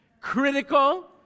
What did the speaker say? critical